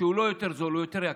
שהוא לא יותר זול, הוא יותר יקר.